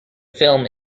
film